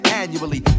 annually